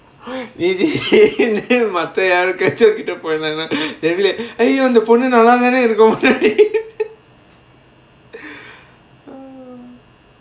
நீ திடிர்னு மத்த யாருகாச்சும் கிட்ட போயிட்டேன்ல:nee thidirnu matha yaarukaachum kitta poyidaanla they will !aiyoyo! அந்த பொண்ணு நல்லா தான இருக்கு முன்னாடி:antha ponnu nallaa thaana irukku munnaadi